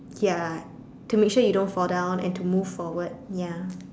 ya to make sure you don't fall down and to move forward ya